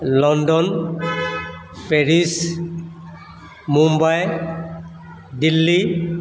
London Paris Mumbai Delhi